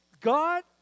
God